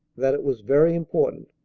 that it was very important.